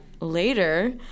later